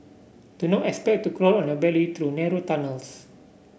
do not expect to crawl on your belly through narrow tunnels